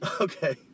Okay